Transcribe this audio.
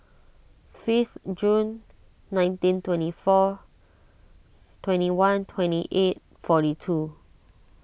fifth Jun nineteen twenty four twenty one twenty eight forty two